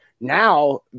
Now